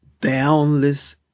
boundless